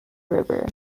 river